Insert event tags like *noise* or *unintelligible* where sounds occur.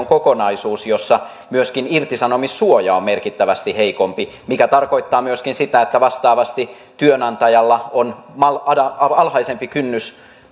*unintelligible* kokonaisuus jossa myöskin irtisanomissuoja on merkittävästi heikompi mikä tarkoittaa myöskin sitä että vastaavasti työnantajalla on alhaisempi kynnys